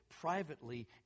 privately